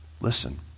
listen